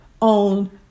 on